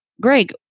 Greg